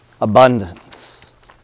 abundance